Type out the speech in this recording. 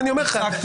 שעה.